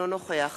אינו נוכח